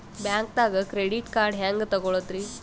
ಬ್ಯಾಂಕ್ದಾಗ credit card ಹೆಂಗ್ ತಗೊಳದ್ರಿ?